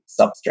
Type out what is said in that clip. substrate